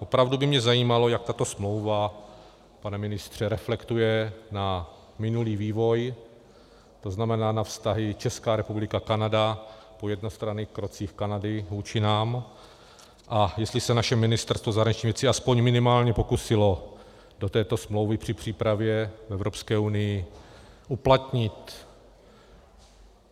Opravdu by mě zajímalo, jak tato smlouva, pane ministře, reflektuje na minulý vývoj, to znamená na vztahy Česká republika Kanada po jednostranných krocích Kanady vůči nám, a jestli se naše Ministerstvo zahraničních věcí aspoň minimálně pokusilo do této smlouvy při přípravě v Evropské unii uplatnit